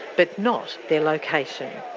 but not their location.